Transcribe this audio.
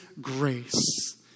grace